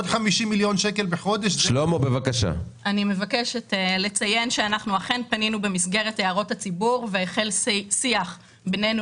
אני מבקשת לציין שפנינו במסגרת הערות הציבור והחל שיח ביננו